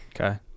Okay